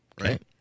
Right